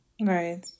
Right